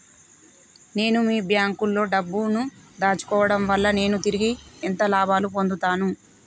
నేను మీ బ్యాంకులో డబ్బు ను దాచుకోవటం వల్ల నేను తిరిగి ఎంత లాభాలు పొందుతాను?